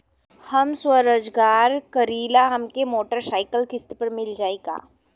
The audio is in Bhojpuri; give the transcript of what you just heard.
हम स्वरोजगार करीला हमके मोटर साईकिल किस्त पर मिल जाई का?